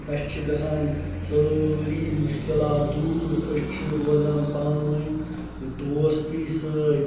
اَسہِ چھِ گژھان سٲری مُشکِلات دوٗر أسۍ چھِ روزان پانہٕ ؤنۍ دوستی سۭتۍ